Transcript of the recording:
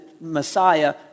Messiah